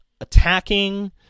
attacking